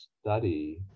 study